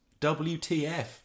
WTF